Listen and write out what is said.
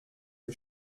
que